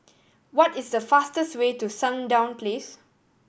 what is the fastest way to Sandown Place